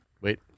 Wait